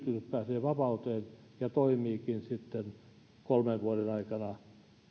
pääsee vapauteen ja syyllistyykin sitten kolmen vuoden aikana